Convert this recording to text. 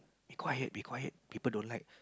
be quiet be quiet people don't like